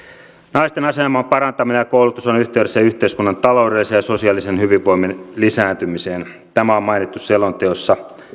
naisten aseman parantaminen ja koulutus on yhteydessä yhteiskunnan taloudellisen ja sosiaalisen hyvinvoinnin lisääntymiseen tämä on mainittu selonteossa